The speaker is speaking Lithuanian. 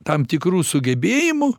tam tikrų sugebėjimų